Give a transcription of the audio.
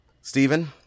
Stephen